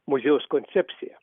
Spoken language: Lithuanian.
muziejaus koncepcija